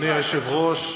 אדוני היושב-ראש,